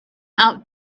out